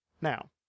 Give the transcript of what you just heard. now